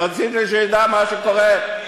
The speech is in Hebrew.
ורציתי שידע מה שקורה.